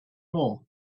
more